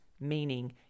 meaning